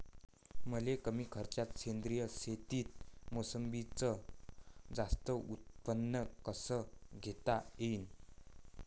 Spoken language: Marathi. मले कमी खर्चात सेंद्रीय शेतीत मोसंबीचं जास्त उत्पन्न कस घेता येईन?